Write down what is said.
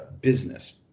business